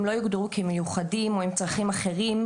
לא יוגדרו כמיוחדים או עם צרכים אחרים,